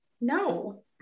No